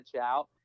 Out